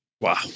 Wow